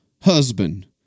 husband